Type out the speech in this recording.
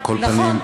נכון.